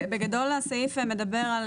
בגדול הסעיף מדבר על